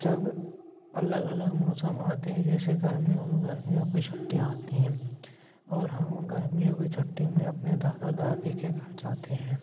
जब अलग अलग मौसम आते हैं जैसे गर्मियों में गर्मियों की छुट्टियाँ आती हैं और हम उन गर्मियों की छुट्टियों में अपने दादा दादी के घर जाते हैं